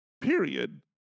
Period